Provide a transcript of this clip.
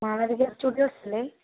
Malavika studios അല്ലേ